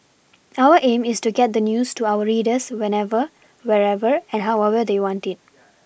our aim is to get the news to our readers whenever wherever and however they want it